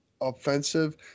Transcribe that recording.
offensive